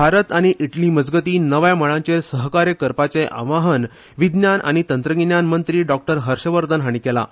भारत आऩी इटली मजगती नव्या मळांचेर सहकार्य करपाचें आवाहन विज्ञान आऩी तंत्रगिन्यान मंत्री डॉ हर्शवर्धन हाणी केलां